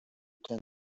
can